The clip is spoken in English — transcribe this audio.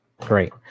great